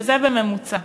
וזה בממוצע.